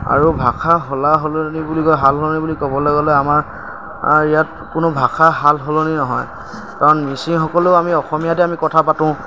আৰু ভাষা সলা সলনি বুলি ক'লে সাল সালনি বুলি ক'বলৈ গ'লে আমাৰ ইয়াত কোনো ভাষা সাল সলনি নহয় কাৰণ মিচিংসকলেও আমি অসমীয়াতে আমি কথা পাতোঁ